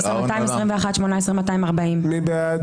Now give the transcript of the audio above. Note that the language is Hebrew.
17,901 עד 17,920. מי בעד?